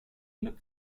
looked